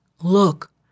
Look